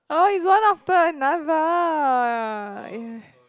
oh it's one after another yeah